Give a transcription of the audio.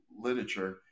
literature